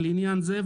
לעניין זה,